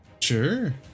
Sure